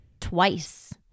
twice